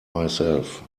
myself